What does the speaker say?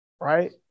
right